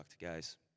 Guys